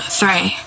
three